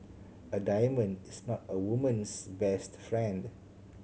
a diamond is not a woman's best friend